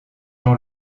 jean